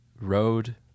Road